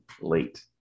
late